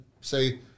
say